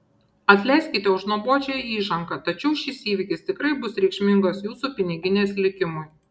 atleiskite už nuobodžią įžangą tačiau šis įvykis tikrai bus reikšmingas jūsų piniginės likimui